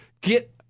get